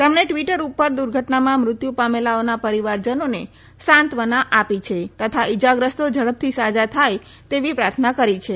તેમણે ટવીટર ઉપર દુર્ધટનામાં મૃત્યુ પામેલાઓના પરીવારજનોને સાંત્વના આપી છે તથા ઇજાગ્રસ્તો ઝડપથી સાજા થાય તેવી પ્રાર્થના કરી છે